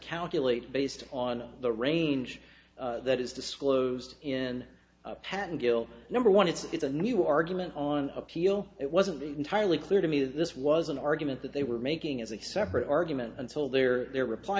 calculate based on the range that is disclosed in patent kill number one it's a new argument on appeal it wasn't entirely clear to me that this was an argument that they were making as a separate argument until their their reply